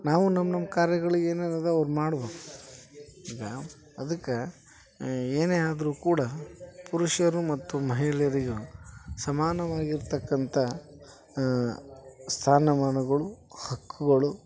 ನಾವು ನಮ್ಮ ನಮ್ಮ ಕಾರ್ಯಗಳಿಗೆ ಏನೇನು ಅದಾವೆ ಅದು ಮಾಡ್ಬೇಕು ಈಗ ಅದ್ಕೆ ಏನೇ ಆದರೂ ಕೂಡ ಪುರುಷರು ಮತ್ತು ಮಹಿಳೆಯರಿಗೂ ಸಮಾನವಾಗಿ ಇರತಕ್ಕಂಥ ಸ್ಥಾನಮಾನಗಳು ಹಕ್ಕುಗಳು